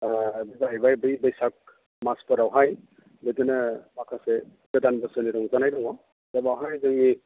बे जाहैबाय बै बैसाग मासफोरावहाय बिदिनो माखासे गोदान बोसोरनि रंजानाय दङ दा बेवहाय जोंनि